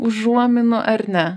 užuominų ar ne